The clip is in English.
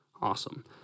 Awesome